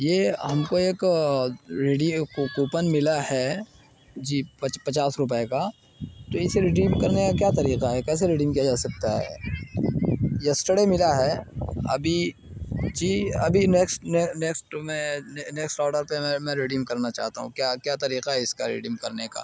یہ ہم کوایک رڈیو کوپن ملا ہے جی پچاس روپے کا تو اس کے رڈیو کرنے کا کیا طریقہ ہے کیسے رڈیو کیا جا سکتا ہے یسٹرڈے ملا ہے ابھی جی ابھی نیکسٹ نیکسٹ میں نیکسٹ آڈر میں میں رڈیو کرنا چاہتا ہوں کیا کیا طریقہ ہے اس کا ریڈنگ کرنے کا